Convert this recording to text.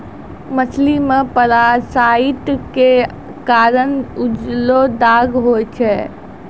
मछली मे पारासाइट क कारण उजलो दाग होय छै